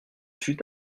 fût